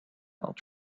out